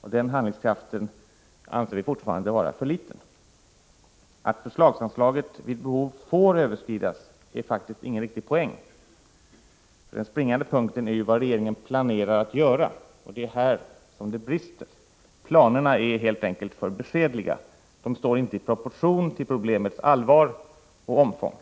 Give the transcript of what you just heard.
I det avseendet anser vi fortfarande att det råder brister. Att förslagsanslaget vid behov får överskridas utgör faktiskt ingen riktig poäng. Den springande punkten är ju vad regeringen planerar att göra. Det är där som det brister. Planerna är helt enkelt alltför beskedliga, de står helt enkelt inte i proportion till problemets allvar och omfång.